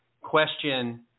question